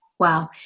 Wow